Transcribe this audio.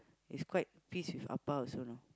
he's quite pissed with Appa also know